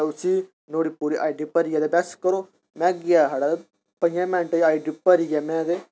ते उसी नुहाड़ी पूरी आई डी भरियै ते रिक्वेस्ट करो में गेआ छड़ा ते पञैं मिन्टें च आई डी भरियै में ते